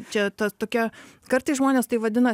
čia ta tokia kartais žmonės tai vadina